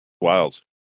wild